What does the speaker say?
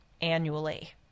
annually